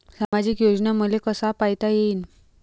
सामाजिक योजना मले कसा पायता येईन?